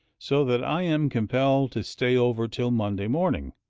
so that i am compelled to stay over till monday morning.